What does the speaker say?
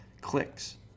clicks